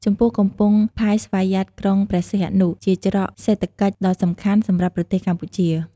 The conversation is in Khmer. ចំពោះកំពង់ផែស្វយ័តក្រុងព្រះសីហនុ ជាច្រកសេដ្ឋកិច្ចដ៏សំខាន់សម្រាប់ប្រទេសកម្ពុជា។